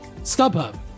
StubHub